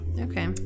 Okay